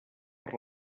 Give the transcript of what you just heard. per